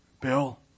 Bill